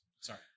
Sorry